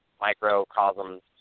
microcosms